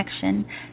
connection